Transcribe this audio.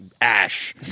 ash